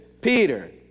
Peter